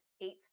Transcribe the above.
eight